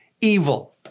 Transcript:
evil